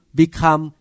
become